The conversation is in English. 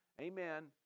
Amen